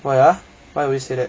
why ah why would you say that